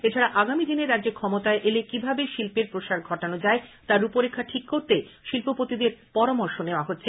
এছাড়া আগামী দিনে রাজ্যে ক্ষমতায় এলে কীভাবে শিল্পের প্রসার ঘটানো যায় তার রূপরেখা ঠিক করতে শিল্পপতিদের পরামর্শ নেওয়া হচ্ছে